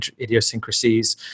idiosyncrasies